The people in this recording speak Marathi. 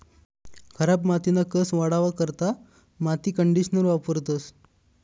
खराब मातीना कस वाढावा करता माती कंडीशनर वापरतंस